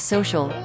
Social